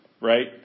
right